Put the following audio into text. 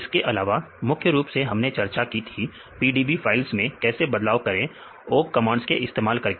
इसके अलावा मुख्य रूप से हमने चर्चा की थी कि PDB फाइल्स मैं कैसे बदलाव करें ओक कमांड्स का इस्तेमाल करके